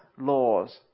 laws